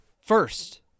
First